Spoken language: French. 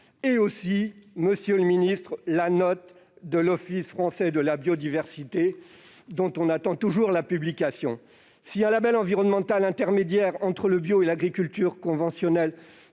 rapport de l'Iddri et une note de l'Office français de la biodiversité, dont nous attendons toujours la publication. Si un label environnemental intermédiaire entre le bio et l'agriculture conventionnelle